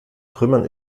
trümmern